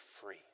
free